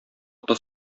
тоз